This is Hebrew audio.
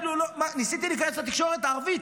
ניסיתי להיכנס לתקשורת הערבית,